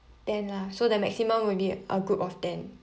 ten lah so the maximum will be a group of ten